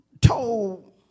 told